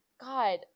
God